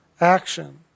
action